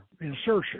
insertion